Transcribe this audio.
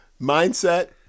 mindset